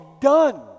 done